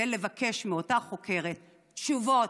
ולבקש מאותה חוקרת תשובות,